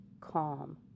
calm